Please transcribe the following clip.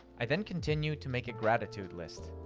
i then continue to make a gratitude list.